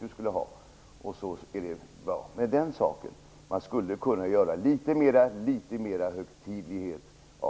Man skulle kunna göra sådana här tillfällen litet mera högtidliga.